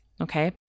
okay